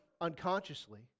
unconsciously